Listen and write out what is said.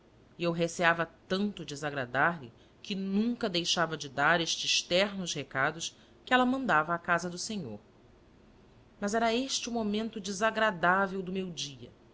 e eu receava tanto desagradar lhe que nunca deixava de dar estes ternos recados que ela mandava à casa do senhor mas era este o momento desagradável do meu dia